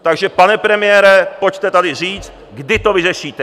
Takže pane premiére, pojďte tady říct, kdy to vyřešíte.